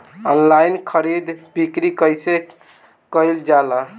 Online खरीद बिक्री कइसे कइल जाला?